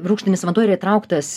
rūgštinis vanduo yra įtrauktas